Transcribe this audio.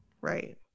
Right